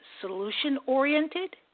solution-oriented